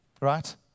right